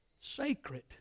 sacred